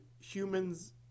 humans